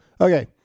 okay